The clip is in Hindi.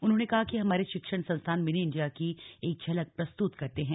उन्होंने कहा कि हमारे शिक्षण संस्थान मिनी इंडिया की एक झलक प्रस्तुत करते हैं